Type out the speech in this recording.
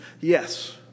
yes